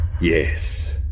Yes